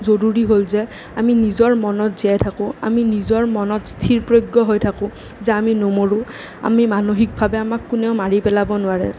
জৰুৰী হ'ল যে আমি নিজৰ মনত জীয়াই থাকোঁ আমি নিজৰ মনত স্থিৰপ্ৰজ্ঞ হৈ থাকোঁ যে আমি নমৰোঁ আমি মানসিকভাৱে আমাক কোনেও মাৰি পেলাব নোৱাৰে